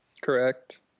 Correct